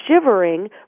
shivering